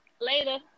Later